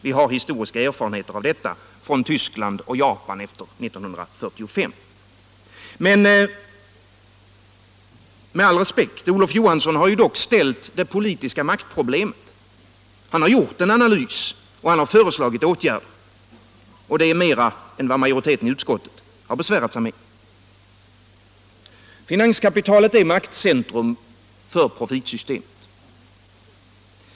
Vi har historiska erfarenheter av detta från Tyskland och Japan efter 1945. Men med all respekt för Olof Johansson vill jag säga att han dock har ställt det politiska maktproblemet. Han har gjort en analys, han har föreslagit åtgärder. Det är mera än vad majoriteten i utskottet har besvärat sig med. Finanskapitalet är maktcentrum för profitsystemet.